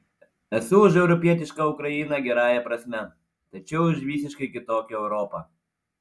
esu už europietišką ukrainą gerąja prasme tačiau už visiškai kitokią europą